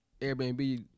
Airbnb